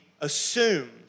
assumed